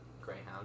greyhound